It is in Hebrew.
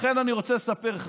לכן אני רוצה לספר לך.